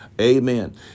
amen